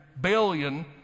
billion